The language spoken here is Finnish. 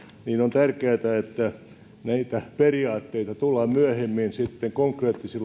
on tärkeätä että näitä periaatteita tullaan myöhemmin konkreettisilla